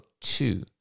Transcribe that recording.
two